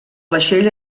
vaixell